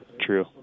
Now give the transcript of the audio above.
true